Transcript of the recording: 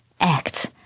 act